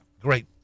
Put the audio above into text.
great